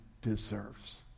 deserves